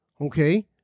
okay